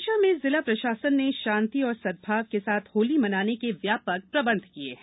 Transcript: विदिशा में जिला प्रशासन ने शांति और सदभाव के साथ होली मनाने के व्यापक प्रबंध किये हैं